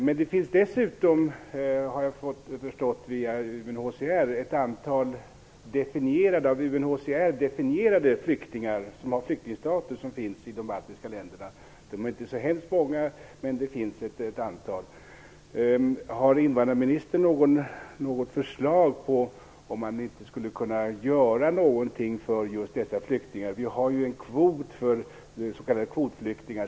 Dessutom finns det, har jag förstått via UNHCR, ett antal av UNHCR definierade flyktingar i de baltiska staterna. De har alltså flyktingstatus. De är inte så hemskt många, men det finns ett antal. Har invandrarministern något förslag på hur man skulle kunna göra något för dessa flyktingar? Vi har ju en kvot för s.k. kvotflyktingar.